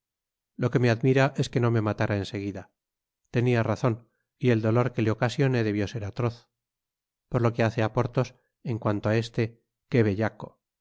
lo que me admira es que no me matara en seguida tenia razon y el dolor que le ocasioné debió ser atroz por lo que hace á porthos en cuanto á este que bellaco